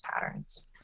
patterns